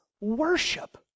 worship